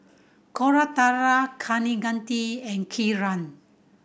Koratala Kaneganti and Kiran